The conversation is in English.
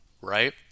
right